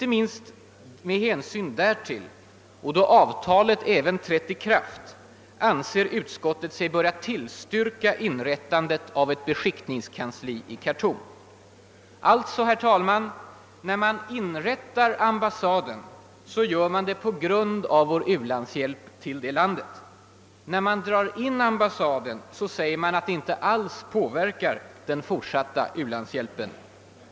Ej minst med hänsyn därtill och då avtalet även trätt i kraft anser utskottet sig böra tillstyrka inrättandet av ett beskickningskansli i Khartoum.» När man inrättar ambassaden, så gör man det alltså på grund av vår u-landshjälp till landet. Men när man drar in den säger man att det inte alls påverkar den fortsatta u-landshjälpen.